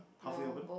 halfway open